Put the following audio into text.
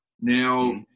Now